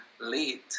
late